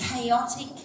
chaotic